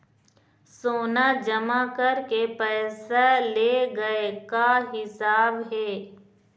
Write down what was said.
सोना जमा करके पैसा ले गए का हिसाब हे?